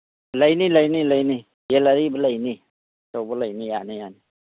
ꯂꯩꯅꯤ ꯂꯩꯅꯤ ꯂꯩꯅꯤ ꯌꯦꯟ ꯑꯔꯤꯕ ꯂꯩꯅꯤ ꯑꯆꯧꯕ ꯂꯩꯅꯤ ꯌꯥꯅꯤ ꯌꯥꯅꯤ